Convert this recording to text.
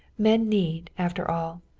men need, after all,